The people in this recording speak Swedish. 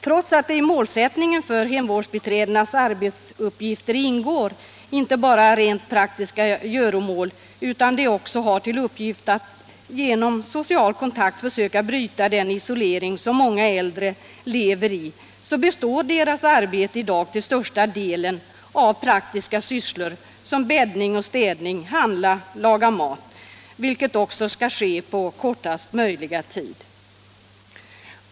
Trots att i målsättningen för hemvårdsbiträdenas arbetsuppgifter inte bara ingår rent praktiska göromål utan de också har till uppgift att genom social kontakt försöka bryta den isolering som många äldre lever i, består deras arbete till största delen av praktiska sysslor som att bädda, städa, handla och laga mat, vilket också skall ske på kortast möjliga tid.